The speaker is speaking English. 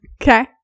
Okay